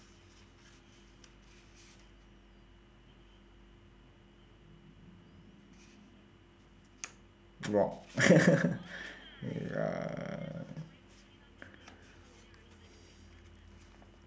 wrong wrong